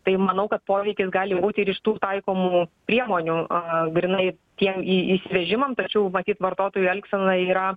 tai manau kad poveikis gali būti ir iš tų taikomų priemonių a grynai tiem į įsivežimam tačiau matyt vartotojų elgsena yra